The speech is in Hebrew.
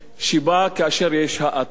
שבה כאשר יש האטה,